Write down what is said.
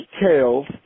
details